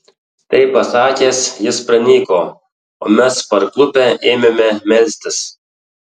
tai pasakęs jis pranyko o mes parklupę ėmėme melstis